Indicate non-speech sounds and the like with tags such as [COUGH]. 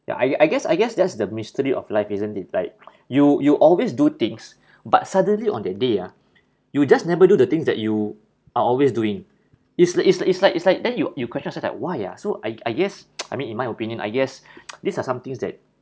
ya I I guess I guess that's the mystery of life isn't it like you you always do things but suddenly on that day ah you just never do the things that you are always doing it's li~ it's li~ it's like it's like then you you question yourself that why ah so I I guess [NOISE] I mean in my opinion I guess [BREATH] these are somethings that